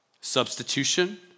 Substitution